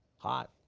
hot!